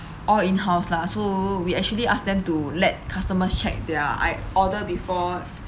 all in-house lah so we actually ask them to let customers check their like order before